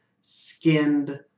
skinned